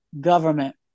government